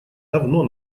давно